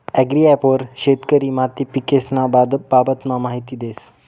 agri app वर शेती माती पीकेस्न्या बाबतमा माहिती देस